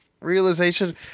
realization